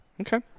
Okay